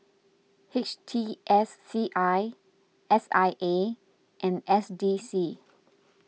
H T S C I S I A and S D C